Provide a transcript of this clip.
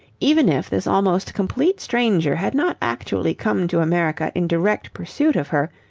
even if this almost complete stranger had not actually come to america in direct pursuit of her,